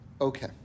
okay